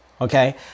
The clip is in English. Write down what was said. Okay